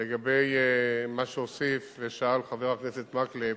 לגבי מה שהוסיף ושאל חבר הכנסת מקלב,